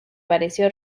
pareció